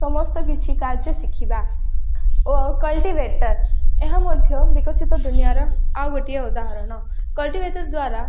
ସମସ୍ତ କିଛି କାର୍ଯ୍ୟ ଶିଖିବା ଓ କଲ୍ଟିଭେଟର୍ ଏହା ମଧ୍ୟ ବିକଶିତ ଦୁନିଆର ଆଉ ଗୋଟିଏ ଉଦାହରଣ କଲ୍ଟିଭେଟର୍ ଦ୍ଵାର